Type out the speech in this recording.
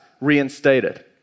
reinstated